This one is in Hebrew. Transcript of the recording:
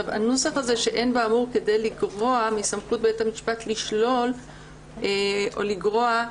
הנוסח הזה שאין באמור כדי לגרוע מסמכות בית המשפט לשלול או לגרוע,